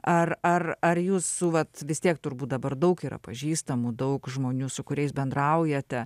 ar ar ar jūs su vat vis tiek turbūt dabar daug yra pažįstamų daug žmonių su kuriais bendraujate